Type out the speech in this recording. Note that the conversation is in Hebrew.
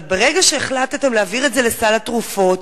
אבל ברגע שהחלטתם להעביר את זה לסל התרופות,